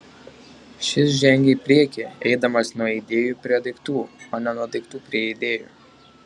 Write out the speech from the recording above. šis žengia į priekį eidamas nuo idėjų prie daiktų o ne nuo daiktų prie idėjų